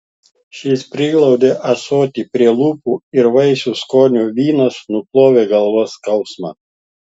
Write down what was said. šis priglaudė ąsotį prie lūpų ir vaisių skonio vynas nuplovė galvos skausmą